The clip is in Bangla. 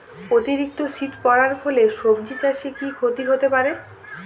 অতিরিক্ত শীত পরার ফলে সবজি চাষে কি ক্ষতি হতে পারে?